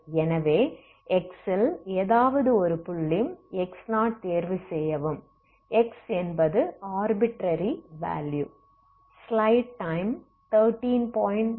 எனவே x ல் எதாவது ஒரு புள்ளி x0தேர்வு செய்யவும் x என்பது ஆர்பிட்ரரி வேலுயு